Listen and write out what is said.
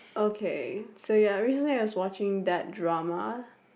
okay so ya recently I was watching that drama